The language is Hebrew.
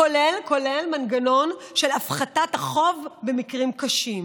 כולל מנגנון של הפחתת החוב במקרים קשים.